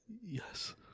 Yes